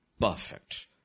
perfect